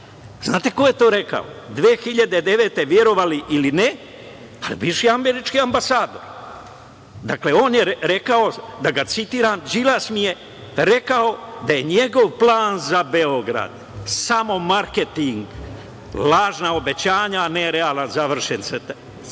Znate ko je to rekao? Godine 2009, verovali ili ne, bivši američki ambasador. Dakle, on je rekao, da ga citiram: „Đilas mi je rekao da je njegov plan za Beograd samo marketing, lažna obećanja, a ne realan“, završen